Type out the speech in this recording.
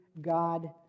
God